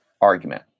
argument